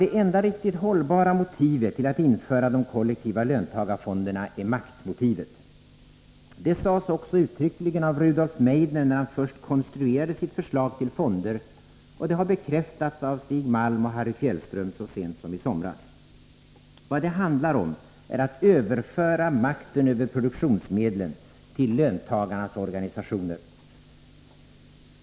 Det enda riktigt hållbara motivet till att införa de kollektiva löntagarfonderna är maktmotivet. Det sades också uttryckligen av Rudolf Meidner, när han först konstruerade sitt förslag till fonder. Det har bekräftats av Stig Malm och Harry Fjällström så sent som i somras. Vad det handlar om är att överföra makten över produktionsmedlen till löntagarnas organisationer.